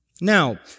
Now